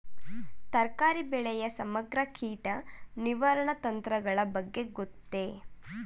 ತರಕಾರಿ ಬೆಳೆಯ ಸಮಗ್ರ ಕೀಟ ನಿರ್ವಹಣಾ ತಂತ್ರಗಳ ಬಗ್ಗೆ ಗೊತ್ತೇ?